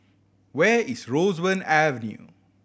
where is Roseburn Avenue